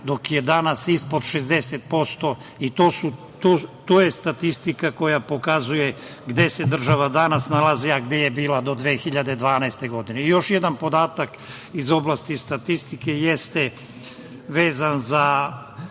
dok je danas ispod 60% i to je statistika koja pokazuje gde se država danas nalazi a gde je bila do 2012. godine. Još jedan podatak iz oblasti statistike jeste vezan za